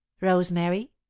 rosemary